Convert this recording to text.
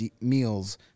meals